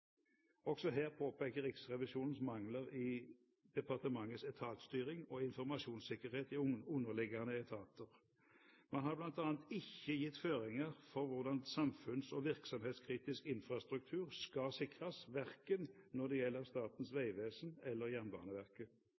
Også her påpeker Riksrevisjonen mangler i departementets etatsstyring av informasjonssikkerheten i underliggende etater. Man har bl.a. ikke gitt føringer for hvordan samfunns- og virksomhetskritisk infrastruktur skal sikres, verken når det gjelder Statens vegvesen eller Jernbaneverket.